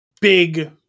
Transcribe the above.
big